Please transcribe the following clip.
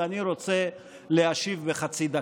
ואני רוצה להשיב בחצי דקה.